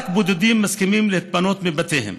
רק בודדים מסכימים להתפנות מבתיהם